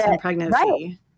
pregnancy